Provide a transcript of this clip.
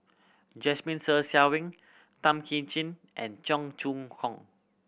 Jasmine Ser Xiang Wei Tan Kim Ching and Cheong Choong Hong